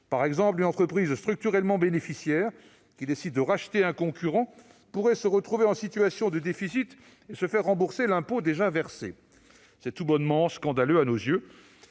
Ainsi, une entreprise structurellement bénéficiaire qui décide de racheter un concurrent pourrait se retrouver en situation de déficit et se faire rembourser l'impôt déjà versé. À nos yeux, c'est tout bonnement scandaleux ! Vous